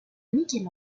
michel